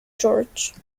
george